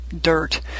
dirt